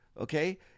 Okay